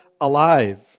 alive